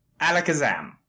Alakazam